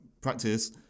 practice